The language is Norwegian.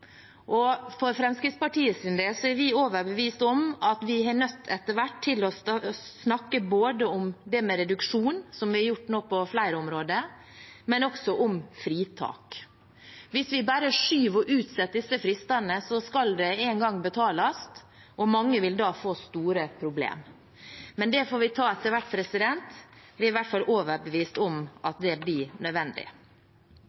og forskuddsskatt. Det er fristende å si at vi skyver på problemene. For Fremskrittspartiets del er vi overbevist om at vi etter hvert er nødt til å snakke både om det med reduksjon, som er gjort nå på flere områder, og også om fritak. Hvis vi bare skyver på og utsetter disse fristene, vil mange få store problemer, for det skal en gang betales. Men det får vi ta etter hvert. Vi er i hvert fall overbevist om at